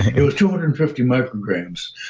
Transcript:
it was two hundred and fifty micrograms,